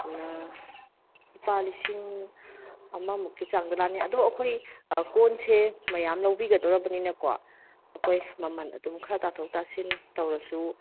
ꯂꯨꯄꯥ ꯂꯤꯁꯤꯡ ꯑꯃꯃꯨꯛꯀꯤ ꯆꯥꯡꯗ ꯂꯥꯛꯑꯅꯤ ꯑꯗꯣ ꯑꯩꯈꯣꯏ ꯀꯣꯟꯁꯦ ꯃꯌꯥꯝ ꯂꯧꯕꯤꯒꯗꯧꯔꯕꯅꯤꯅꯀꯣ ꯑꯩꯈꯣꯏ ꯃꯃꯜ ꯑꯗꯨꯝ ꯈꯔ ꯇꯥꯊꯣꯛ ꯇꯥꯁꯤꯟ ꯇꯧꯔꯁꯨ